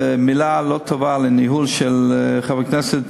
מילה לא טובה על הניהול של חבר הכנסת